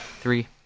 Three